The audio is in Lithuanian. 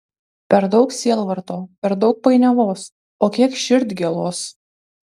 per daug sielvarto per daug painiavos o kiek širdgėlos